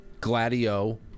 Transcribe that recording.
Gladio